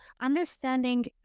understanding